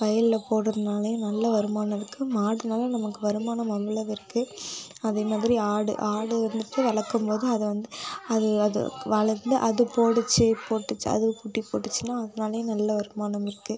வயலில் போடுறதுனாலையும் நல்ல வருமானம் இருக்குது மாடுனால் நமக்கு வருமானம் அவ்வளவு இருக்குது அதே மாதிரி ஆடு ஆடு வந்துட்டு வளர்க்கம்போது அதை வந்து அது அது வளர்ந்து அது போட்டுச்சு போட்டுச்சு அது குட்டி போட்டுச்சுன்னால் அதனாலையும் நல்ல வருமானம் இருக்குது